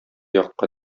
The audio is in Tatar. якка